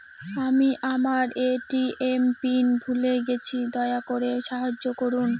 আমি আমার ATM PIN ভুলে গেছি, দয়া করে সাহায্য করুন